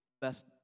Best